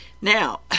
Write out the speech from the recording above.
Now